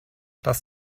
das